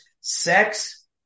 Sex